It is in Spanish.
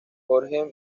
jorge